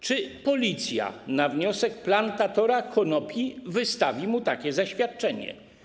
Czy Policja, na wniosek plantatora konopi, wystawi mu takie zaświadczenie?